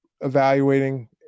evaluating